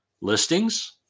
Listings